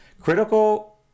Critical